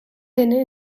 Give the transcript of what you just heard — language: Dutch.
binnen